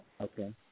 Okay